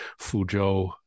Fuzhou